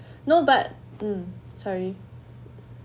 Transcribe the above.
no but mm sorry